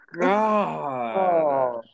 God